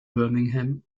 birmingham